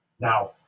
Now